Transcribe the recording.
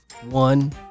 One